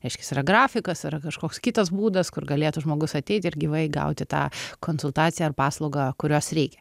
reiškias yra grafikas yra kažkoks kitas būdas kur galėtų žmogus ateit ir gyvai gauti tą konsultaciją ar paslaugą kurios reikia